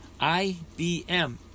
IBM